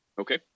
Okay